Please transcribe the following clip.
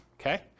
Okay